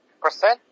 percent